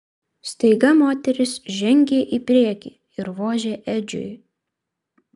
staiga moteris žengė į priekį ir vožė edžiui